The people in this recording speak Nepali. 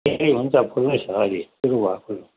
ए हुन्छ फुल्दैछ अहिले सुरु भयो फुल्नु